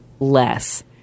Less